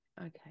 Okay